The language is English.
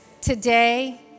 today